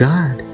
God